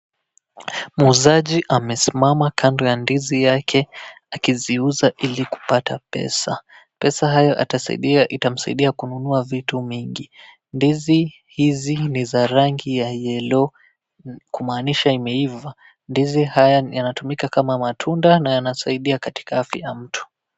Muuzaji amesimama kando ya ndizi yake akiziuza ili kupata pesa, pesa hayo itamsaidia kununua vitu mingi ndizi hizi ni za rangi ya yellow kumaanisha imeiva ndizi haya yanatumika kama matunda na yanasaidia katika afya ya mtu.